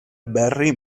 barry